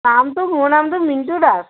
নামটো মোৰ নামটো মিণ্টু দাস